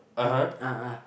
the ah ah